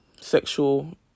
sexual